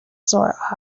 sore